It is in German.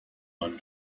man